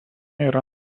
yra